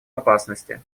опасности